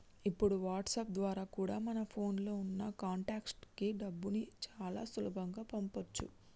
ఇప్పుడు వాట్సాప్ ద్వారా కూడా మన ఫోన్ లో ఉన్న కాంటాక్ట్స్ కి డబ్బుని చాలా సులభంగా పంపించొచ్చు